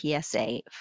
PSA